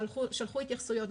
שלחו התייחסויות,